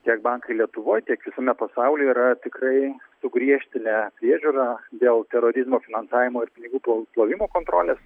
tiek bankai lietuvoj tiek visame pasaulyje yra tikrai sugriežtinę priežiūrą dėl terorizmo finansavimo ir pinigų plo plovimo kontrolės